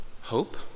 hope